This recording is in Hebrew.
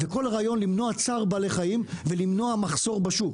וכל הרעיון למנוע צער בעלי חיים ולמנוע מחסור בשוק,